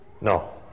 No